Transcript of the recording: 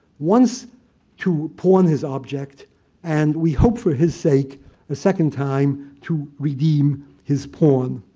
once to pawn his object and we hope for his sake a second time to redeem his pawn.